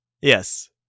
Yes